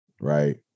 right